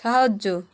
সাহায্য